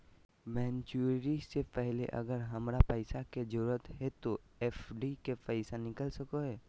Maturity से पहले अगर हमरा पैसा के जरूरत है तो एफडी के पैसा निकल सको है?